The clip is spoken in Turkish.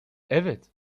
evet